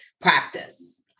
practice